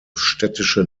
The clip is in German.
städtische